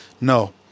No